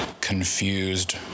confused